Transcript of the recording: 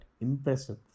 impressive